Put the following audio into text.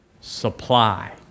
Supply